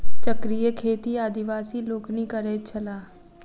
चक्रीय खेती आदिवासी लोकनि करैत छलाह